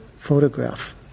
photograph